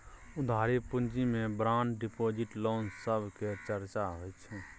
उधारी पूँजी मे बांड डिपॉजिट, लोन सब केर चर्चा होइ छै